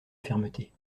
fermeté